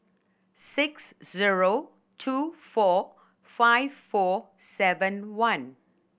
six zero two four five four seven one